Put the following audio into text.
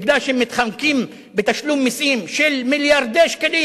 מכיוון שהם מתחמקים מתשלום מסים של מיליארדי שקלים,